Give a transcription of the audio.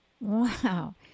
Wow